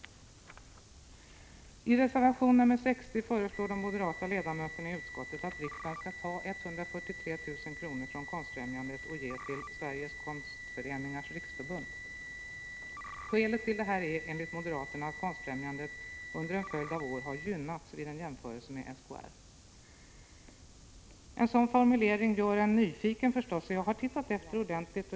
1985/86:128 I reservation 60 föreslår de moderata ledamöterna i utskottet att riksdagen 25 april 1986 skall ta 143 000 kr. från Konstfrämjandet och ge till Sveriges konstföreningars riksförbund, SKR. Skälet till det här är enligt moderaterna att Konstfrämjandet under en följd av år gynnats vid en jämförelse med SKR. En sådan formulering gör mig förstås nyfiken, så jag har tittat efter ordentligt.